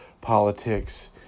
politics